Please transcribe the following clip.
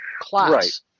class